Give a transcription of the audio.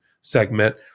segment